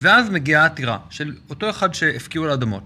ואז מגיעה הטירה של אותו אחד שהפקיעו לו אדמות.